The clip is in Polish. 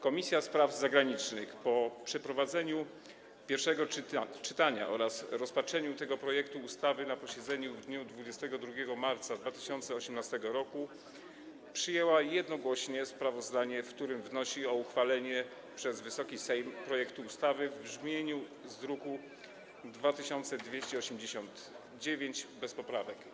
Komisja Spraw Zagranicznych po przeprowadzeniu pierwszego czytania oraz rozpatrzeniu tego projektu ustawy na posiedzeniu w dniu 22 marca 2018 r. jednogłośnie przyjęła sprawozdanie, w którym wnosi o uchwalenie przez Wysoki Sejm projektu ustawy w brzmieniu z druku nr 2289 bez poprawek.